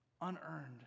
unearned